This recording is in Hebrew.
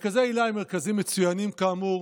מרכזי היל"ה הם מרכזים מצוינים, כאמור,